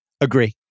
Agree